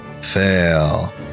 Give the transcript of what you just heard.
Fail